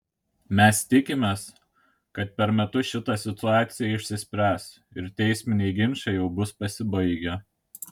mes tikimės kad per metus šita situacija išsispręs ir teisminiai ginčai jau bus pasibaigę